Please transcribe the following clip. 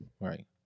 Right